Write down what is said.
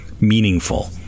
meaningful